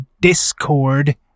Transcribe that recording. discord